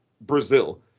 Brazil